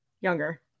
younger